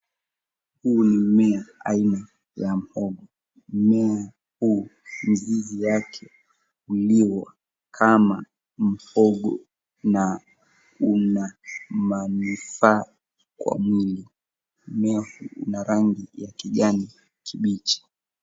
Huu ni mmea aina ya mhogo. Mmea huu mizizi yake huliwa kama mhogo na una manufaa kwa mwili iliyo na rangi ya kijani kibichi.